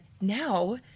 now